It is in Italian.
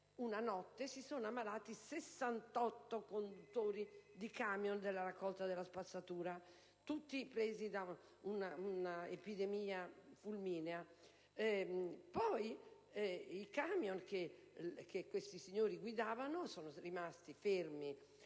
una notte, si sono ammalati 68 conduttori di camion della raccolta della spazzatura, tutti presi da un'epidemia fulminea. Poi i camion che questi signori guidavano sono rimasti fermi